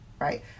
Right